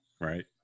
right